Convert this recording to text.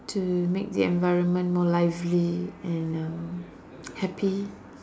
to make the environment more lively and um happy